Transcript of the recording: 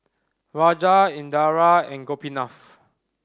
Raja Indira and Gopinath